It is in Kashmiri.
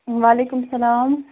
وعلیکُم سلام